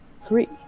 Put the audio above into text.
three